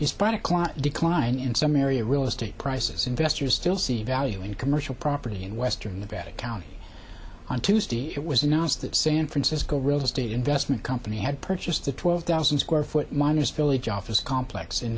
clot decline in some area real estate prices investors still see value in a commercial property in western nevada county on tuesday it was announced that san francisco real estate investment company had purchased the twelve thousand square foot miners village office complex in